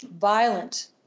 violent